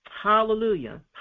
Hallelujah